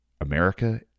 America